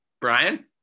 Brian